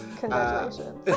congratulations